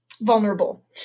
vulnerable